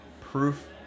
Proof